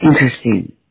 Interesting